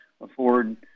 afford